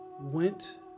went